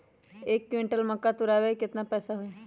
एक क्विंटल मक्का तुरावे के केतना पैसा होई?